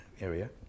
area